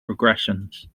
regressions